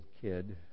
kid